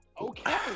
Okay